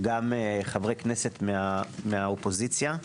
גם חברי כנסת מהאופוזיציה,